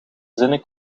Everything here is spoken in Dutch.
zinnen